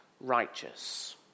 righteous